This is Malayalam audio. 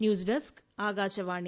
news desk Akashvani